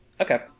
Okay